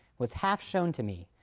was half shown to me,